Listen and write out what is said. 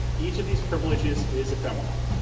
each of these privileges is ephemeral.